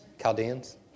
Chaldeans